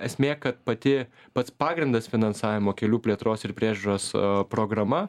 esmė kad pati pats pagrindas finansavimo kelių plėtros ir priežiūros programa